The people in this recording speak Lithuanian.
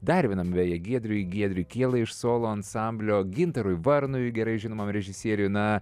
dar vienam beje giedriui giedriui kielai iš solo ansamblio gintarui varnui gerai žinomam režisieriui na